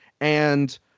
And-